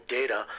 data